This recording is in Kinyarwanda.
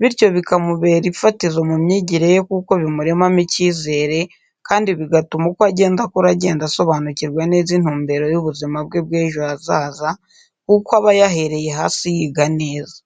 bityo bikamubera ifatizo mu myigire ye kuko bimuremamo icyizere kandi bigatuma uko agenda akura agenda asobanukirwa neza intumbero y'ubuzima bwe bw'ejo hazaza kuko aba yahereye hasi yiga neza.